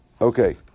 okay